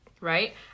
Right